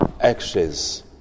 actions